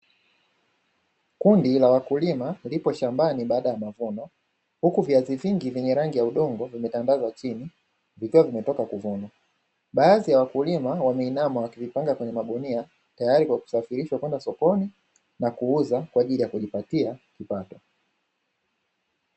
Kundi la wakulima lipo shambani baada ya mavuno, huku viazi vingi vyenye rangi ya udongo vimetandazwa chini ikiwa vimetoka kuvunwa. Baadhi ya wakulima wameinama wakivipanga kwenye magunia, tayari kwa kusafirishwa kwenda sokoni na kuuza kwa ajili ya kujipatia kipato.